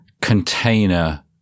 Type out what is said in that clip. container